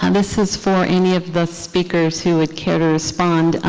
and this is for any of the speakers who would care to respond.